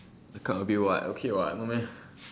the card a bit what okay what no meh